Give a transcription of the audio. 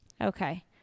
Okay